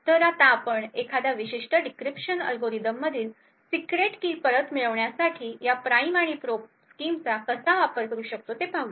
तर आता आपण एखाद्या विशिष्ट डिक्रिप्शन अल्गोरिदममधील सीक्रेट की परत मिळविण्यासाठी या प्राइम आणि प्रोब स्कीमचा वापर कसा करू शकतो ते पाहू